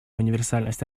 универсальность